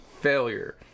failure